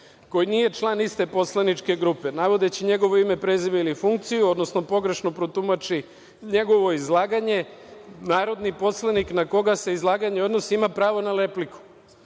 koji nije član iste poslaničke grupe, navodeći njegovo ime prezime ili funkciju, odnosno pogrešno protumači njegovo izlaganje, narodni poslanik na koga se izlaganje odnosi, ima pravo na repliku.